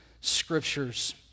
scriptures